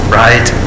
right